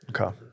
Okay